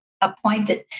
appointed